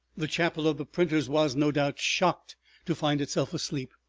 the chapel of the printers was, no doubt, shocked to find itself asleep.